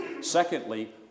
Secondly